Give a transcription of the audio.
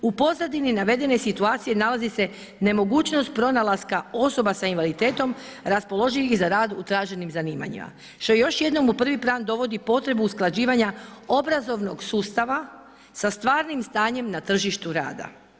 U pozadini navedene situacije nalazi se nemogućnost pronalaska osoba sa invaliditetom raspoloživih za rad u traženim zanimanjima, što još jednom u prvi plan dovodi potrebu usklađivanja obrazovnog sustava sa stvarnim stanjem na tržištu rada.